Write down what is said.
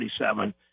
1947